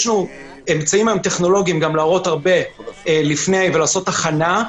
יש לנו אמצעים טכנולוגיים שבאמצעותם אפשר לעשות הכנה.